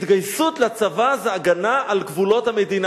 התגייסות לצבא זה הגנה על גבולות המדינה.